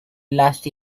last